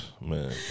Man